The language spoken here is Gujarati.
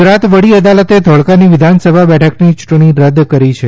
ગુજરાત વડી અદાલતે ધોળકાની વિધાનસભા બેઠકની ચૂંટણી રદ કરી છે